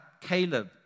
Caleb